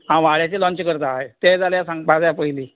आवाळ्याचें लोणचें करता तें जाल्यार सांगपाक जाय पयलीं